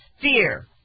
fear